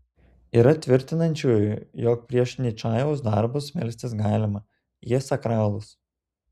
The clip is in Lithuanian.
yra tvirtinančiųjų jog prieš ničajaus darbus melstis galima jie sakralūs